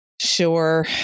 Sure